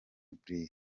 brig